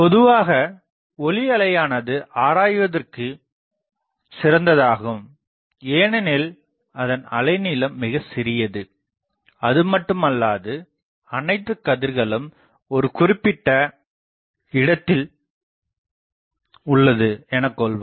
பொதுவாக ஒளிஅலையானது ஆராய்வதற்குச் சிறந்ததாகும் ஏனெனில் அதன் அலை நீளம் மிகசிறியது அதுமட்டுமல்லாது அனைத்து கதிர்களும் ஒரு குறிப்பிட்ட இடத்தில் உள்ளது எனக்கொள்வோம்